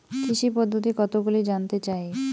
কৃষি পদ্ধতি কতগুলি জানতে চাই?